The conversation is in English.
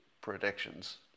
predictions